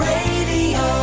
Radio